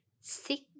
six